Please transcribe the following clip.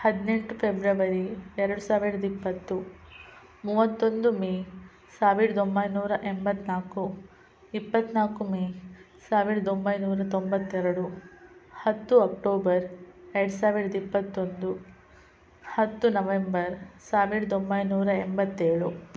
ಹದಿನೆಂಟು ಪೆಬ್ರವರಿ ಎರಡು ಸಾವಿರದ ಇಪ್ಪತ್ತು ಮೂವತ್ತೊಂದು ಮೇ ಸಾವಿರದ ಒಂಬೈನೂರ ಎಂಬತ್ನಾಲ್ಕು ಇಪ್ಪತ್ನಾಲ್ಕು ಮೇ ಸಾವಿರದ ಒಂಬೈನೂರ ತೊಂಬತ್ತೆರಡು ಹತ್ತು ಅಕ್ಟೋಬರ್ ಎರಡು ಸಾವಿರದ ಇಪ್ಪತ್ತೊಂದು ಹತ್ತು ನವೆಂಬರ್ ಸಾವಿರದ ಒಂಬೈನೂರ ಎಂಬತ್ತೇಳು